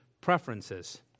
preferences